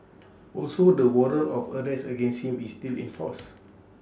also the warrant of arrest against him is still in force